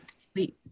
Sweet